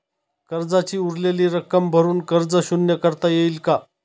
कर्जाची उरलेली रक्कम भरून कर्ज शून्य करता येईल का?